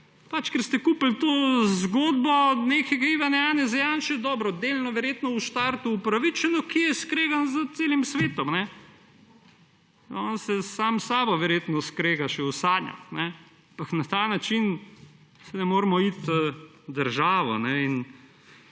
vladi? Ker ste kupili to zgodbo nekega Ivana Janeza Janše – dobro, delno verjetno v štartu opravičeno – ki je skregan s celim svetom. On se še sam s sabo verjetno skrega v sanjah. Ampak na ta način se ne moremo iti države.